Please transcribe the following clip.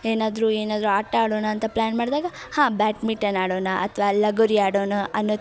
ಏನಾದರೂ ಏನಾದರೂ ಆಟ ಆಡೋಣ ಅಂತ ಪ್ಲ್ಯಾನ್ ಮಾಡಿದಾಗ ಹಾಂ ಬ್ಯಾಟ್ಮಿಟನ್ ಆಡೋಣ ಅಥ್ವಾ ಲಗೋರಿ ಆಡೋಣ ಅನ್ನೋದು